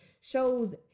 shows